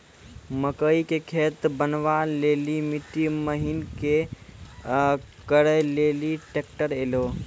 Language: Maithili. मकई के खेत बनवा ले ली मिट्टी महीन करे ले ली ट्रैक्टर ऐलो?